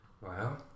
Wow